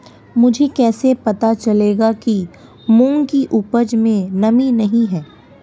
मुझे कैसे पता चलेगा कि मूंग की उपज में नमी नहीं है?